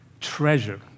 treasure